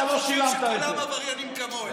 שהם חושבים שכולם עבריינים כמוהם.